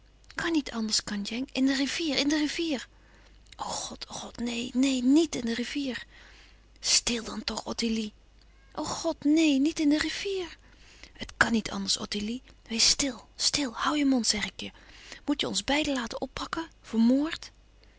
kan niet anders kandjeng in de rivier in de rivier o god o god neen neen nièt in de rivier stl dan toch ottilie o god neen niet in de rivier het kan niet anders ottilie wees stl stl hoû je mond zeg ik je moet je ons beiden laten oppakken voor